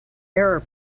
error